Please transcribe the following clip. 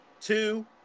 two